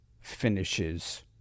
finishes